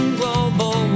global